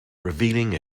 revealing